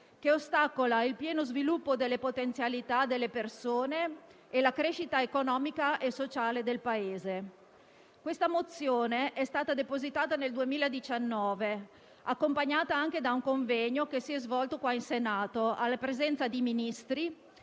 che ostacola il pieno sviluppo della potenzialità delle persone e la crescita economica e sociale del Paese. La mozione in esame è stata depositata nel 2019, accompagnata da un convegno che si è svolto in Senato, alla presenza di Ministri